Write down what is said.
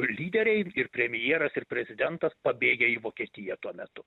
lyderiai ir premjeras ir prezidentas pabėgę į vokietiją tuo metu